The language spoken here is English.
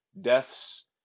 Deaths